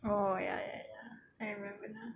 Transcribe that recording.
oh ya ya ya I remember